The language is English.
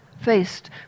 Faced